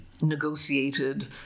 negotiated